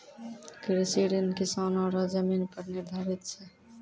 कृषि ऋण किसानो रो जमीन पर निर्धारित छै